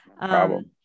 problem